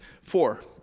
four